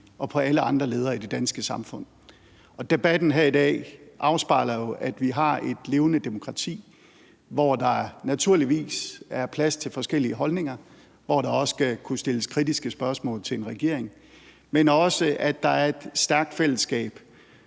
og på alle andre leder i det danske samfund. Debatten her i dag afspejler jo, at vi har et levende demokrati, hvor der naturligvis er plads til forskellige holdninger, og hvor der også skal kunne stilles kritiske spørgsmål til en regering, men også at der er et stærkt fællesskab